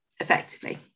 effectively